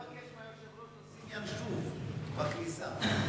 אפשר לבקש מהיושב-ראש לשים "ינשוף" בכניסה.